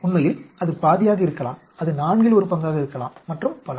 உண்மையில் அது பாதியாக இருக்கலாம் அது நான்கில் ஒரு பங்காக இருக்கலாம் மற்றும் பல